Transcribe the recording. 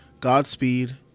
Godspeed